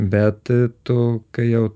bet tu kai jau